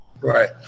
Right